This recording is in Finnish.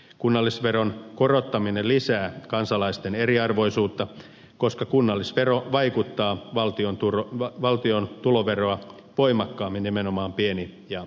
kunnallisveron korottaminen lisää kansalaisten eriarvoisuutta koska kunnallisvero vaikuttaa valtion tuloveroa voimakkaammin nimenomaan pieni ja keskituloisiin